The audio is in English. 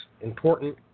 important